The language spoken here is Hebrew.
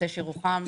מכתש ירוחם.